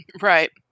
Right